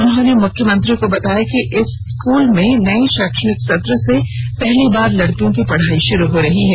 उन्होंने मुख्यमंत्री को बताया कि इस स्कूल में नए शैक्षणिक सत्र से पहली बार लड़कियों की पढ़ाई शुरू हो रही हैं